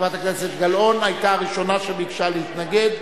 חברת הכנסת גלאון היתה הראשונה שביקשה להתנגד.